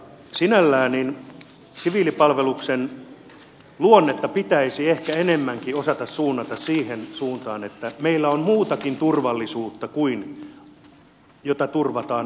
sinällään siviilipalveluksen luonnetta pitäisi ehkä enemmänkin osata suunnata siihen suuntaan että meillä on muutakin turvallisuutta kuin sellaista jota turvataan aseilla